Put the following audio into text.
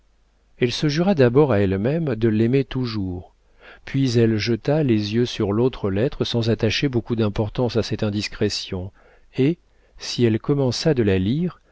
elle se jura d'abord à elle-même de l'aimer toujours puis elle jeta les yeux sur l'autre lettre sans attacher beaucoup d'importance à cette indiscrétion et si elle commença de la lire